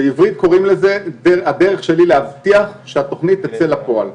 בעברית קוראים לזה הדרך שלי להבטיח שהתכנית תצא לפועל,